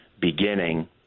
beginning